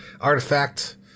artifact